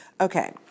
Okay